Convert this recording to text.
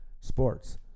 sports